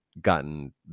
gotten